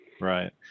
Right